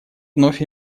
вновь